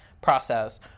process